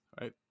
right